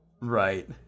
right